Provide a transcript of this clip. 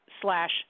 slash